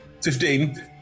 Fifteen